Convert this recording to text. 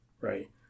right